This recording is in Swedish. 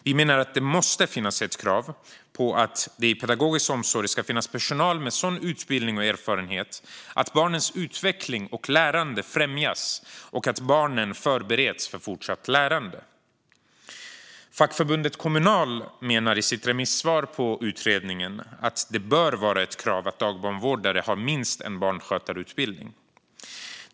Vi menar att det måste finnas ett krav på att det i pedagogisk omsorg ska finnas personal med sådan utbildning och erfarenhet att barnens utveckling och lärande främjas och att barnen förbereds för fortsatt lärande. Fackförbundet Kommunal menar i sitt remissvar på utredningen att det bör vara ett krav att dagbarnvårdare har minst en barnskötarutbildning.